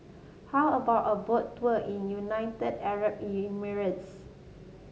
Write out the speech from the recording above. how about a Boat Tour in United Arab Emirates